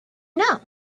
know